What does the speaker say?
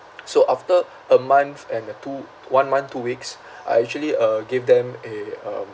so after a month and a two one month two weeks I actually uh gave them a um